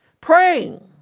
praying